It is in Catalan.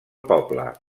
poble